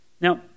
Now